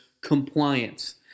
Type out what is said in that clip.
compliance